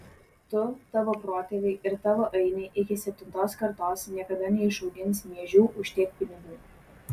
tu tavo protėviai ir tavo ainiai iki septintos kartos niekada neišaugins miežių už tiek pinigų